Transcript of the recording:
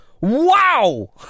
wow